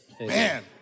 Man